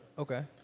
Okay